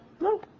No